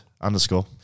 Underscore